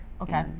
Okay